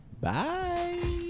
Bye